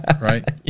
Right